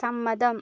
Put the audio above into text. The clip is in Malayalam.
സമ്മതം